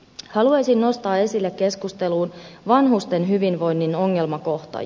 haluaisin nostaa esille keskusteluun vanhusten hyvinvoinnin ongelmakohtia